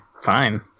fine